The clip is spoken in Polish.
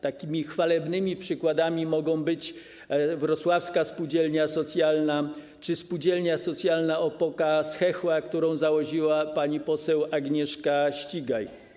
Takimi chwalebnymi przykładami mogą być Wrocławska Spółdzielnia Socjalna czy Spółdzielnia Socjalna Opoka z Chechła, którą założyła pani poseł Agnieszka Ścigaj.